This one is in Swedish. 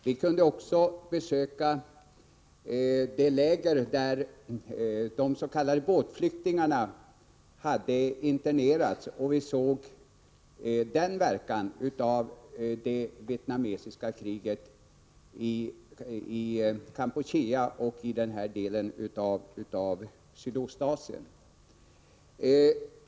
Vi kunde också besöka det läger där de s.k. båtflyktingarna hade internerats; en av följderna av det vietnamesiska kriget i Kampuchea och i denna del av Sydostasien.